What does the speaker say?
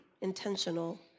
intentional